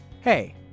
Hey